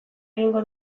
egingo